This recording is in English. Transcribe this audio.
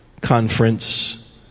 Conference